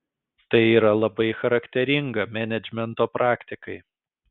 tai yra labai charakteringa menedžmento praktikai